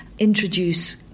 introduce